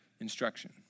instruction